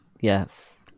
Yes